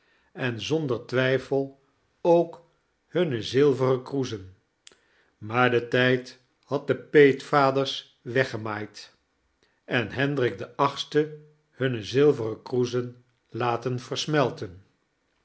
en zondter twijfel ook humne zilveren kroezen maar de tijd bad de peetvaders weggemaaid en hendrik de achtste hunne zilveren kroezen laten versmelten